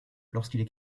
lorsqu’il